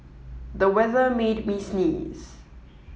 the weather made me sneeze